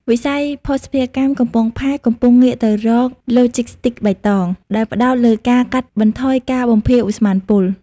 វិស័យភស្តុភារកម្មកំពង់ផែកំពុងងាកទៅរក "Logistics បៃតង" ដែលផ្ដោតលើការកាត់បន្ថយការបំភាយឧស្ម័នពុល។